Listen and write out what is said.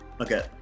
Okay